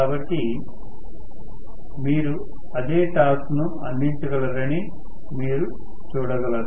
కాబట్టి మీరు అదే టార్క్ ను అందించగలరని మీరు చూడగలరు